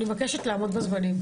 אני מבקשת לעמוד בזמנים.